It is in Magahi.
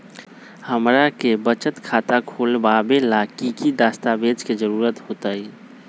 हमरा के बचत खाता खोलबाबे ला की की दस्तावेज के जरूरत होतई?